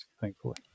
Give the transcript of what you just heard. thankfully